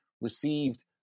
received